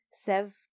sev